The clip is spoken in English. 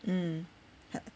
mm